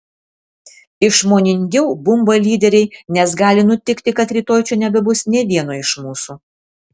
išmoningiau bumba lyderiai nes gali nutikti kad rytoj čia nebebus nė vieno iš mūsų